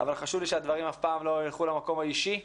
אבל חשוב לי שהדברים אף פעם לא ילכו למקום האישי.